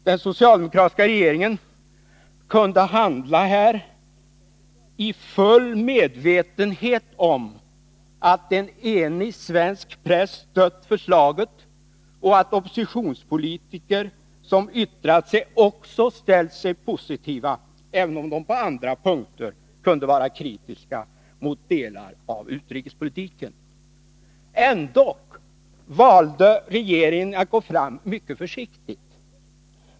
Den socialdemokratiska regeringen kunde handla här i full medvetenhet om att enig svensk press stött förslaget och att opinionspolitiker som yttrat sig också ställt sig positiva, även om de på andra punkter kunde vara kritiska mot delar av utrikespolitiken. Ändock valde regeringen att gå fram mycket försiktigt.